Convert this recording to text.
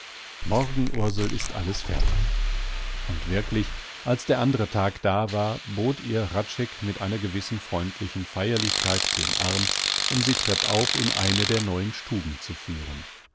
morgen ursel ist alles fertig und wirklich als der andre tag da war bot ihr hradscheck mit einer gewissen freundlichen feierlichkeit den arm um sie treppauf in eine der neuen stuben zu führen